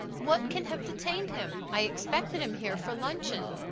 what can have detained him? i expected him here for luncheon.